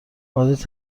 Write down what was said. بازی